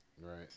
Right